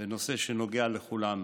נושא שנוגע לכולנו.